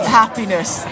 happiness